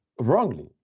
wrongly